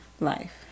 life